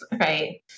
Right